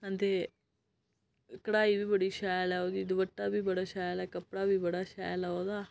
ते केह् कडाई बी बड़ी शैल ऐ ओह्दी दपट्टा बी बड़ा शैल ऐ कपड़ा बी बड़ा शैल ऐ ओह्दा